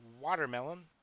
Watermelon